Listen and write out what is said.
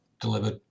delivered